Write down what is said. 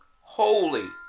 holy